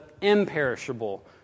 imperishable